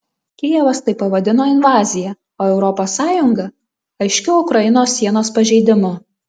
kijevas tai pavadino invazija o europos sąjunga aiškiu ukrainos sienos pažeidimu